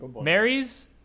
Mary's